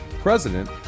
president